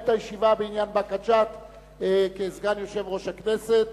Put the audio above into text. את הישיבה בעניין באקה ג'ת כסגן יושב-ראש הכנסת.